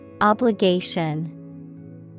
Obligation